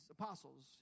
apostles